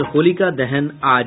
और होलिका दहन आज